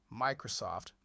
Microsoft